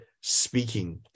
speaking